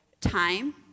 time